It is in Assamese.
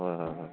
হয় হয় হয়